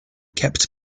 kept